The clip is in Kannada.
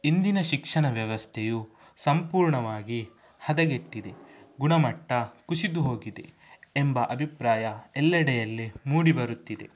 ಇಂದಿನ ಶಿಕ್ಷಣ ವ್ಯವಸ್ಥೆಯು ಸಂಪೂರ್ಣವಾಗಿ ಹದಗೆಟ್ಟಿದೆ ಗುಣಮಟ್ಟ ಕುಸಿದುಹೋಗಿದೆ ಎಂಬ ಅಭಿಪ್ರಾಯ ಎಲ್ಲೆಡೆಯಲ್ಲಿ ಮೂಡಿಬರುತ್ತಿದೆ